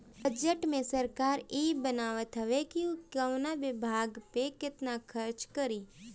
budget में सरकार इ बतावत हवे कि उ कवना विभाग पअ केतना खर्चा करी